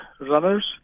runners